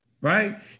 right